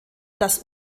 das